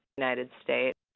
united states.